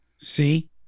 See